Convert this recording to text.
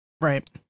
Right